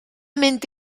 mynd